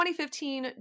2015